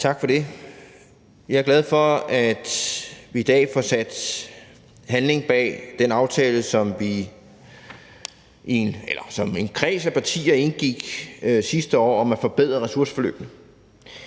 Tak for det. Jeg er glad for, at vi i dag får sat handling bag den aftale, som en kreds af partier indgik om at forbedre ressourceforløbene.